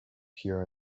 pure